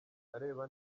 areba